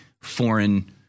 foreign